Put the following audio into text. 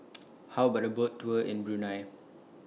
How about A Boat Tour in Brunei